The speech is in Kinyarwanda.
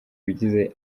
bigize